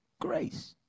grace